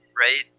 right